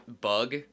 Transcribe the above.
bug